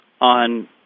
on